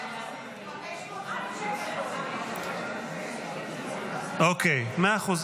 555. אוקיי, מאה אחוז.